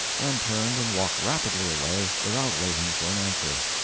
and turned and walked rapidly away without waiting for an answer.